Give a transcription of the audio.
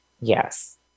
yes